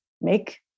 make